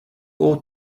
ought